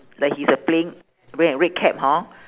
that he's uh playing red and red cap hor